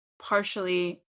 partially